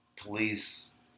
police